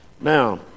Now